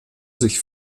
sich